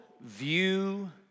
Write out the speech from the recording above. view